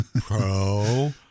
Pro